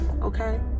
okay